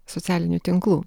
socialinių tinklų